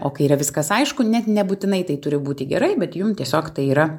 o kai yra viskas aišku net nebūtinai tai turi būti gerai bet jum tiesiog tai yra